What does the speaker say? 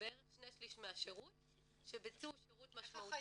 בערך 2/3 מהשירות שביצעו שירות משמעותי ותורם.